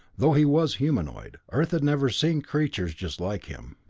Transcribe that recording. though he was humanoid, earth had never seen creatures just like him.